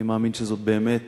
אני מאמין שזו באמת